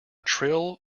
trill